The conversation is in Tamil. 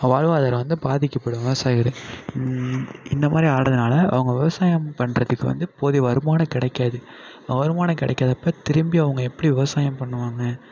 வாழ்வாதாரம் வந்து பாதிக்கப்படும் விவசாயிகளும் இந்தமாதிரி ஆகிறதுனால அவங்க விவசாயம் பண்ணுறதுக்கு வந்து போதிய வருமானம் கிடைக்காது வருமானம் கிடைக்காதப்ப திரும்பி அவங்க எப்படி விவசாயம் பண்ணுவாங்க